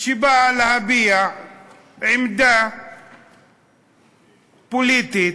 שבאה להביע עמדה פוליטית,